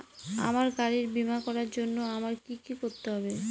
আমার গাড়ির বীমা করার জন্য আমায় কি কী করতে হবে?